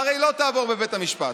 הרי היא לא תעבור בבית המשפט.